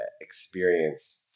experience